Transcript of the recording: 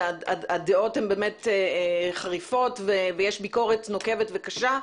והדעות הן באמת חריפות ויש ביקורת נוקבת וקשה,